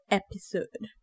episode